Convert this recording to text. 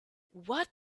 what